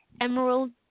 emerald